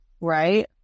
Right